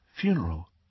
funeral